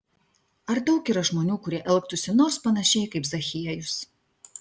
ar daug yra žmonių kurie elgtųsi nors panašiai kaip zachiejus